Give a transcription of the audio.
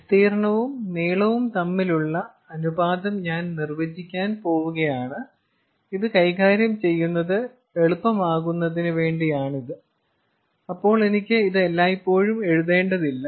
വിസ്തീർണ്ണവും നീളവും തമ്മിലുള്ള അനുപാതം ഞാൻ നിർവചിക്കാൻ പോകുകയാണ് ഇത് കൈകാര്യം ചെയ്യുന്നത് എളുപ്പമാകുന്നതിന് വേണ്ടിയാണിത് അപ്പോൾ എനിക്ക് ഇത് എല്ലായ്പ്പോഴും എഴുതേണ്ടതില്ല